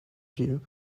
view